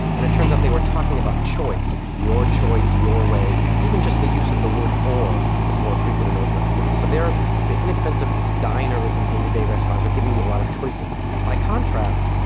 and it turns out they were talking about choice your choice, your way even just the use of the word or was more frequent in those restaurants. so the inexpensive diners and day-to-day restaurants are giving you a lot of choices. by contrast,